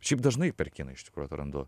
šiaip dažnai per kiną iš tikrų atrandu